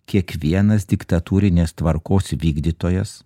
kiekvienas diktatūrinės tvarkos vykdytojas